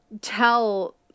tell